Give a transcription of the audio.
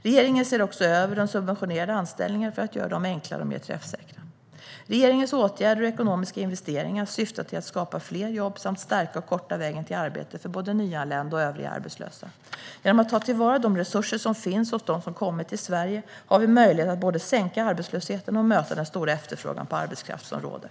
Regeringen ser också över de subventionerade anställningarna för att göra dem enklare och mer träffsäkra. Regeringens åtgärder och ekonomiska investeringar syftar till att skapa fler jobb samt till att stärka och korta vägen till arbete för både nyanlända och övriga arbetslösa. Genom att ta till vara de resurser som finns hos dem som kommit till Sverige har vi möjlighet att både minska arbetslösheten och möta den stora efterfrågan på arbetskraft som råder.